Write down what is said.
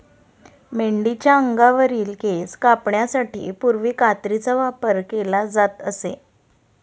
मेंढीच्या अंगावरील केस कापण्यासाठी पूर्वी कात्रीचा वापर केला जात असे